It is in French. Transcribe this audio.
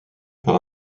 par